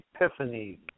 Epiphany